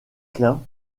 klein